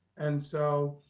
and so,